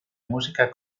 música